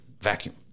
vacuum